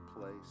place